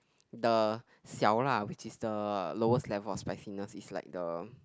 the 小辣 which is the lowest level of spiciness is like the